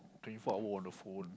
twenty four hour on the phone